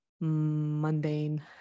mundane